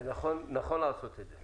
זה נכון לעשות את זה.